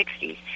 1960s